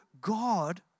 God